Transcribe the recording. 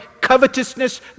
covetousness